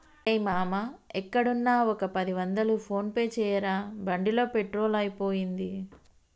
రేయ్ మామా ఎక్కడున్నా ఒక పది వందలు ఫోన్ పే చేయరా బండిలో పెట్రోల్ అయిపోయింది